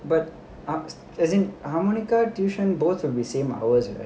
but ups as in harmonica tuition both have the same hours right